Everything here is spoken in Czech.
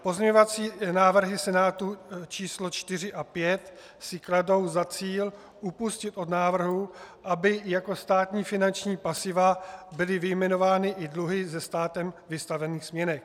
Pozměňovací návrhy Senátu číslo 4 a 5 si kladou za cíl upustit od návrhu, aby jako státní finanční pasiva byly vyjmenovány i dluhy ze státem vystavených směnek.